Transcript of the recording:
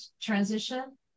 transition